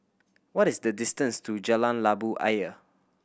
what is the distance to Jalan Labu Ayer